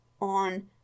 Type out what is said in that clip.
on